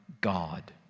God